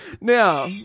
Now